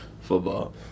Football